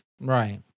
Right